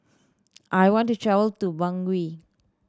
I want to travel to Bangui